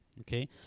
okay